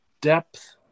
depth